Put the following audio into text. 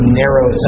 narrow